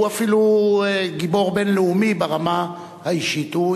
שהוא אפילו גיבור בין-לאומי ברמה האישית.